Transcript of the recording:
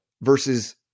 versus